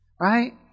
right